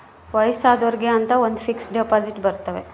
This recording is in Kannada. ವಯಸ್ಸಾದೊರ್ಗೆ ಅಂತ ಒಂದ ಫಿಕ್ಸ್ ದೆಪೊಸಿಟ್ ಬರತವ